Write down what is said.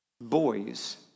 boys